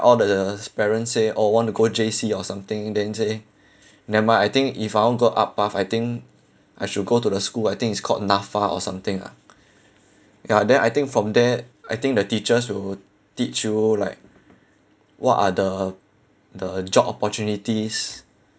all the parents say oh want to go J_C or something then say never mind I think if I want go art path I think I should go to the school I think it's called NAFA or something ah ya then I think from there I think the teachers will teach you like what are the the job opportunities